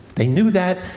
they knew that,